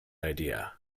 idea